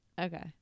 Okay